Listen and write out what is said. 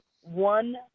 one